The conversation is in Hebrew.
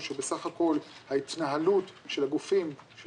הוא שבסך הכול ההתנהלות של הגופים,